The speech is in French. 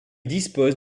dispose